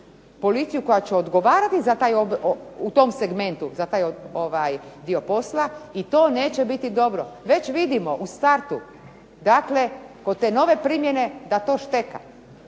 policiju koja će odgovarati u tom segmentu za taj dio posla i to neće biti dobro. Već vidimo u startu kod te nove primjene da to šteka,